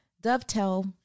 dovetail